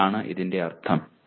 എന്താണ് ഇതിനർത്ഥം